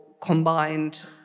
combined